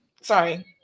sorry